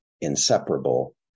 inseparable